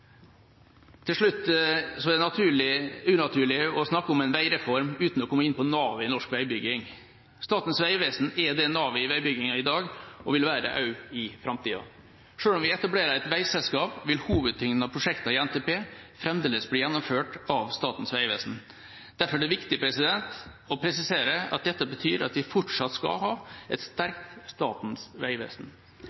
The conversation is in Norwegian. Til slutt er det unaturlig å snakke om en veireform uten å komme inn på navet i norsk veibygging. Statens vegvesen er navet i veibygginga i dag og vil være det også i framtida. Selv om vi etablerer et veiselskap, vil hovedtyngden av prosjektene i NTP fremdeles bli gjennomført av Statens vegvesen. Derfor er det viktig å presisere at dette betyr at vi fortsatt skal ha et sterkt Statens vegvesen.